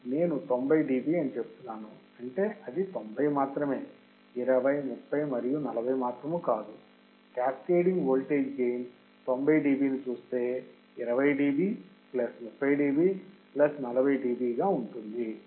కాబట్టి నేను 90 డిబి అని చెపుతున్నాను అంటే అది 90 మాత్రమే 20 30 మరియు 40 మాత్రము కాదు క్యాస్కేడింగ్ వోల్టేజ్ గెయిన్ 90 డిబి ని చూస్తే 20 dB plus 30 dB plus 40 dB గాఉంటుంది